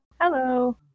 Hello